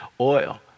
oil